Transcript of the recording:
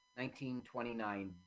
1929